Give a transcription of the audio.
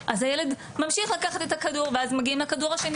אז הילד ממשיך לקחת את הכדור ואז מגיעים לכדור השני